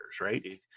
Right